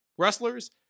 wrestlers